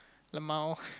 L M A O